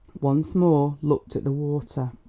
once more looked at the water.